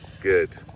good